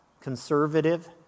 conservative